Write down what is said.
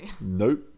Nope